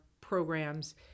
programs